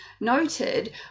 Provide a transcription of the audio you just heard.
noted